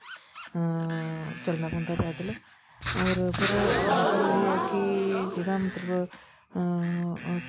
हां चलना पौंदा पैदल औऱ पर उद्धर ऐ है कि जेहड़ा मतलब हां